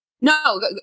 no